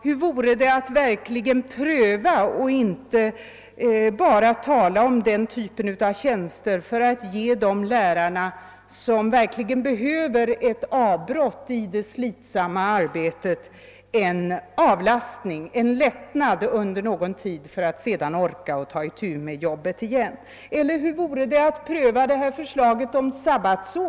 Hur vore det att pröva denna och andra typer av tjänster för att ge de lärare som verkligen behöver ett avbrott i det slitsamma arbetet en lättnad under någon tid, så att de sedan orkar att ta itu med jobbet igen? Eller hur vore det att pröva förslaget om sabbatsår?